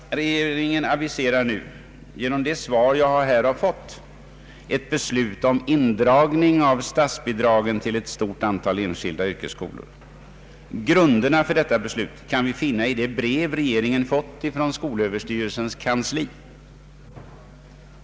Regeringen aviserar nu genom det svar jag här fått ett beslut om indragning av statsbidragen till ett stort antal enskilda yrkesskolor. Grunderna för detta beslut kan vi finna i det brev som regeringen fått från skolöverstyrelsens kansli.